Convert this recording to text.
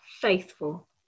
faithful